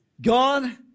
God